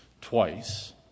twice